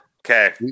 okay